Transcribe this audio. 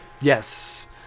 Yes